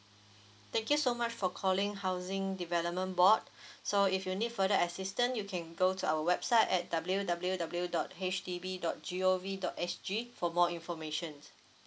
thank you so much for calling housing development board so if you need further assistance you can go to our website at W W W dot H D B dot G_O_V dot S_G for more information